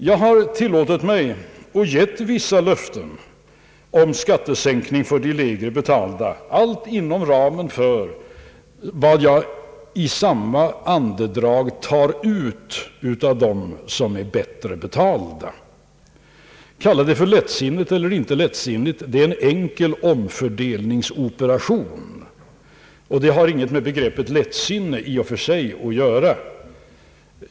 Jag har tillåtit mig att ge vissa löften om skattesänkning för de lägre betalda, allt inom ramen för vad jag i samma andedrag tar ut av dem som är bättre betalda. Kalla det för lättsinnigt eller inte lättsinnigt — det är en enkel omfördelningsoperation och har ingenting med begreppet lättsinne i och för sig att göra.